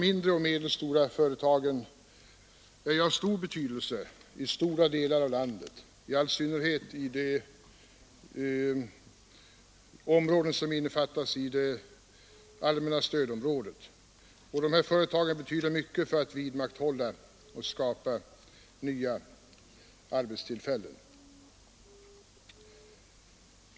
I stora delar av landet, i all synnerhet i de områden som ingår i det allmänna stödområdet, är de mindre och medelstora företagen av särskilt stor betydelse för att vidmakthålla sysselsättningen och skapa nya arbetstillfällen.